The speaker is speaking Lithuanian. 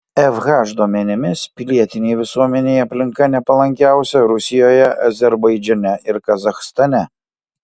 fh duomenimis pilietinei visuomenei aplinka nepalankiausia rusijoje azerbaidžane ir kazachstane